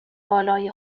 والای